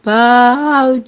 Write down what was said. bow